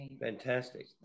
Fantastic